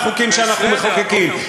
היא לא פחות חשובה מהחוקים שאנחנו מחוקקים.